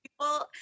people